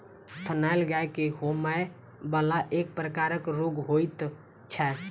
थनैल गाय के होमय बला एक प्रकारक रोग होइत छै